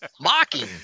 mocking